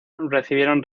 recibieron